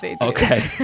Okay